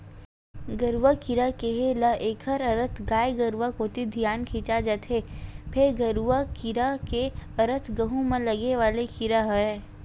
गरुआ कीरा केहे ल एखर अरथ गाय गरुवा कोती धियान खिंचा जथे, फेर गरूआ कीरा के अरथ गहूँ म लगे वाले कीरा हरय